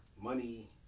money